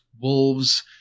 wolves